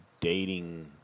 dating